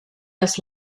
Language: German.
das